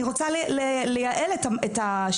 אני רוצה לייעל את השיטה.